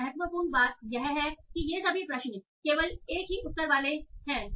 एक महत्वपूर्ण बात यह है कि ये सभी प्रश्न केवल एक ही उत्तर वाले हैं